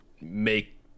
make